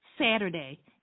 Saturday